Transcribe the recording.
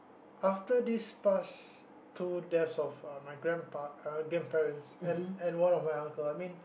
after this past two deaths of uh my grandpa uh grandparents and and one of my uncle I mean